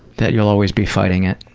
that you'll always be fighting it,